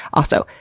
also,